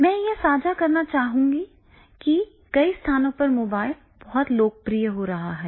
मैं यह साझा करना चाहूंगा कि कई स्थानों पर मोबाइल बहुत लोकप्रिय हो रहा है